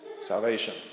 Salvation